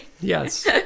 Yes